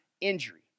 injury